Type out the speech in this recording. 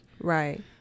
Right